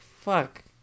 Fuck